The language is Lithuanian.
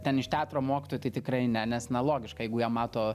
ten iš teatro mokytojų tai tikrai ne nes na logiška jeigu jie mato